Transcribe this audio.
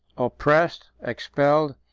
oppressed, expelled,